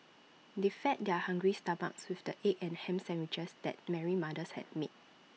they fed their hungry stomachs with the egg and Ham Sandwiches that Mary's mother had made